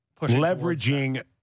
leveraging